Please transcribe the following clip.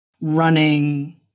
running